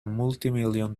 multimillion